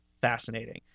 fascinating